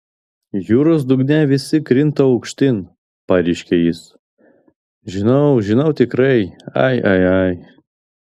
jūros dugne visi krinta aukštyn pareiškė jis žinau žinau tikrai ai ai ai